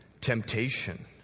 temptation